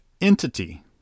entity